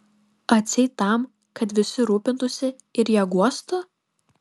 atseit tam kad visi rūpintųsi ir ją guostų